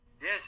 Yes